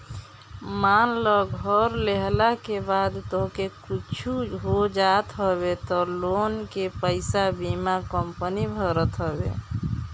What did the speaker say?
मान लअ घर लेहला के बाद तोहके कुछु हो जात हवे तअ लोन के पईसा बीमा कंपनी भरत हवे